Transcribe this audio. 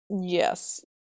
Yes